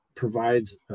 provides